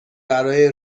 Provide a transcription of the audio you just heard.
برای